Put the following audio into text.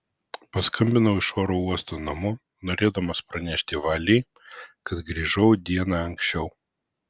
paskambinau iš oro uosto namo norėdamas pranešti vali kad grįžau diena anksčiau